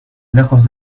lejos